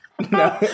No